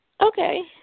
okay